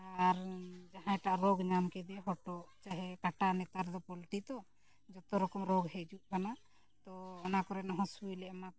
ᱟᱨ ᱡᱟᱦᱟᱸᱭᱴᱟᱜ ᱨᱳᱜ ᱧᱟᱢ ᱠᱮᱫᱮ ᱦᱚᱴᱚᱜ ᱪᱟᱦᱮ ᱠᱟᱴᱟ ᱱᱮᱛᱟᱨ ᱫᱚ ᱯᱳᱞᱴᱤ ᱛᱚ ᱡᱚᱛᱚ ᱨᱚᱠᱚᱢ ᱨᱳᱜᱽ ᱦᱮᱡ ᱦᱤᱡᱩᱜ ᱠᱟᱱᱟ ᱛᱚ ᱚᱱᱟ ᱠᱚᱨᱮᱱ ᱦᱚᱸ ᱥᱩᱭ ᱞᱮ ᱮᱢᱟ ᱠᱚᱣᱟ